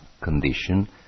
condition